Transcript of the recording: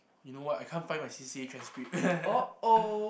you know what I can't find my C_C_A transcript